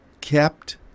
kept